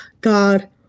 god